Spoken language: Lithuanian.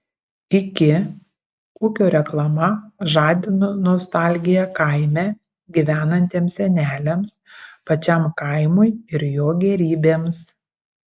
iki ūkio reklama žadino nostalgiją kaime gyvenantiems seneliams pačiam kaimui ir jo gėrybėms